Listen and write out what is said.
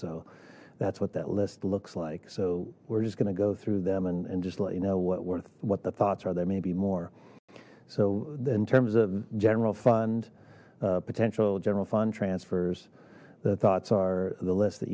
so that's what that list looks like so we're just going to go through them and just let you know what worth what the thoughts are there may be more so in terms of general fund potential general fund transfers the thoughts are the list that